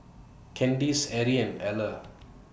Candice Erie and Eller